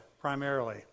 primarily